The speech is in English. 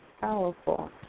Powerful